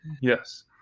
Yes